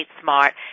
Smart